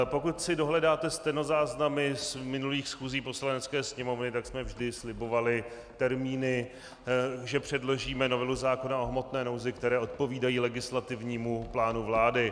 Pokud si dohledáte stenozáznamy z minulých schůzí Poslanecké sněmovny, tak jsme vždy slibovali termíny, že předložíme novelu zákona o hmotné nouzi, které odpovídají legislativnímu plánu vlády.